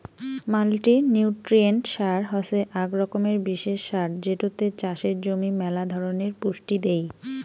multinutrient সার হসে আক রকমের বিশেষ সার যেটোতে চাষের জমি মেলা ধরণের পুষ্টি দেই